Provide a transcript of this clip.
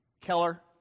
Keller